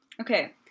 Okay